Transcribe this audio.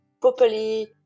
properly